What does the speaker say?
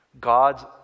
God's